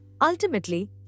Ultimately